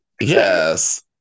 Yes